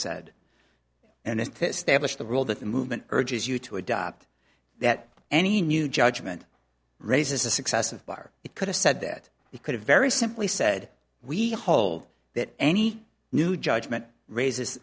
said and if establish the rule that the movement urges you to adopt that any new judgment raises a successive bar it could have said that he could have very simply said we hold that any new judgment raises